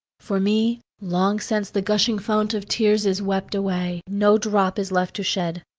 for me, long since the gushing fount of tears is wept away no drop is left to shed.